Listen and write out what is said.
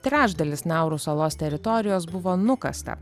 trečdalis nauru salos teritorijos buvo nukasta